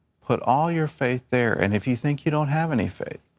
put all your faith there. and if you think you don't have any faith,